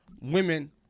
women